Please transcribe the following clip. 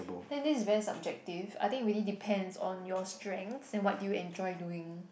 think this is very subjective I think really depends on your strength and what do you enjoy doing